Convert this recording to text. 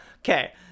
okay